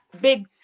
big